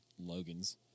Logan's